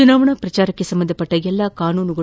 ಚುನಾವಣಾ ಪ್ರಚಾರಕ್ಷೆ ಸಂಬಂಧಿಸಿದ ಎಲ್ಲಾ ಕಾನೂಸುಗಳು